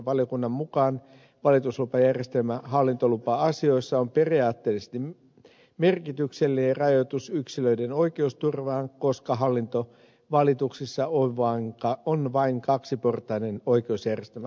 valiokunnan mukaan valituslupajärjestelmä hallintolupa asioissa on periaatteellisesti merkityksellinen rajoitus yksilöiden oikeusturvaan koska hallintovalituksissa on vain kaksiportainen oikeusjärjestelmä